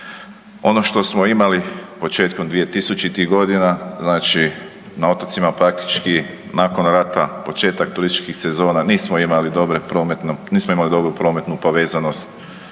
Ono što smo imali početkom 2000.-tih godina, znači na otocima praktički nakon rata, početak turističkih sezona, nismo imali dobru prometnu povezanost,